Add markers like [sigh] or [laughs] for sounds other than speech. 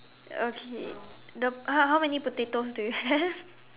okay the how how many potatoes do you have [laughs]